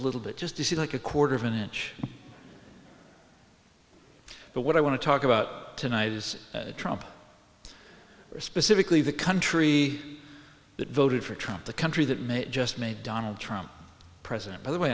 little bit just to see like a quarter of an inch but what i want to talk about tonight is trump or specifically the country that voted for trump the country that made just me donald trump president by the way